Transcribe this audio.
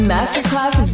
Masterclass